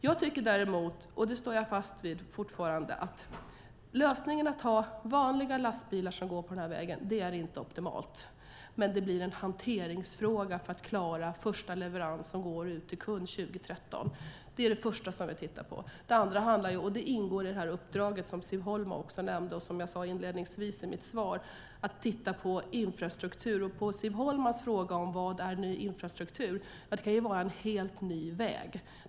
Jag står fast vid att lösningen att ha vanliga lastbilar som går på den här vägen inte är optimal. Men det blir en hanteringsfråga för att klara den första leverans som går ut till kund 2013. Det är det första som vi har tittat på. Det andra handlar om att titta på infrastrukturen. Det ingår i det uppdrag som Siv Holma nämnde och som jag tog upp inledningsvis i mitt svar. Siv Holma frågade om ny infrastruktur. Det kan vara en helt ny väg.